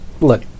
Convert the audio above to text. look